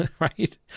right